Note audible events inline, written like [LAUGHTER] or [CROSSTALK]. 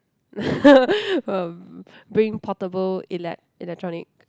[LAUGHS] um bring portable elect~ electronic